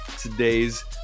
today's